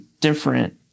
different